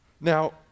Now